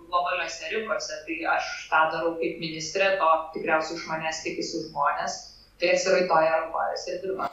globaliose rinkose taigi aš tą darau kaip ministrė to tikriausiai iš manęs tikisi žmonės tai atsiraitoję rankoves ir dirbam